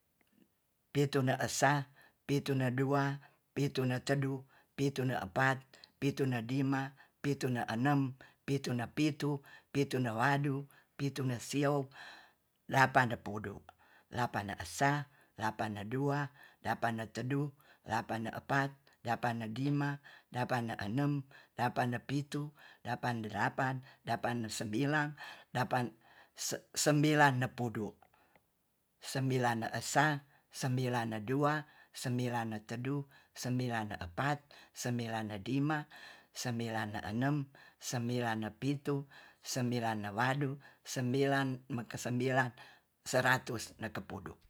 Pintu ne esa pine dua ne dua pitu ne tedu pinune epat pitu ne lima pitu ne enem pitune pitu pitu ne wadu pitu ne sio lapa pudu, lapan ne esa lapan ne dua lapa ne tedu lapan ne epat lapan ne lima lapane enem lapane pitu lapane lapane lapan lapa ne sembilan lapan se-sembilan ne pudusembila ne esa sembilan ne dua sembilan ne tedu sembilan ne epat sebilan ne lima sembilan ne enem sembilan ne pitu sembila ne wadu sembilan ne meke sembilan seratus neke pudu